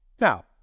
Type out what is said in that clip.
Now